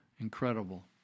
Incredible